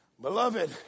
beloved